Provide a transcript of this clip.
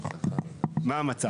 זה המצב.